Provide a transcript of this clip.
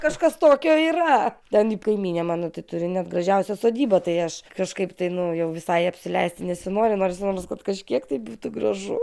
kažkas tokio yra ten kaimynė mano tai turi net gražiausią sodybą tai aš kažkaip tai nu jau visai apsileist nesinori nors noris kad kažkiek tai būtų gražu